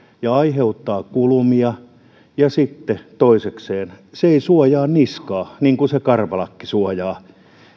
ja aiheuttaa kulumia eikä sitten toisekseen suojaa niskaa niin kuin karvalakki suojaa